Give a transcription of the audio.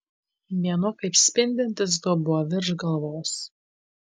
mėnuo kaip spindintis dubuo virš galvos